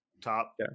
top